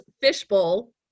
fishbowl